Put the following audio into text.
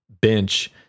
bench